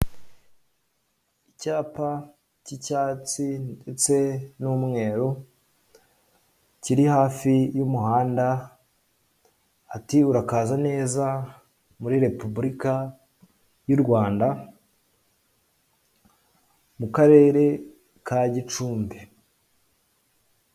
Icyapa cy'icyatsi ndetse n'umweru kiri hafi y'umuhanda ati urakaza neza muri Repubulika y'u Rwanda mu karere ka Gicumbi.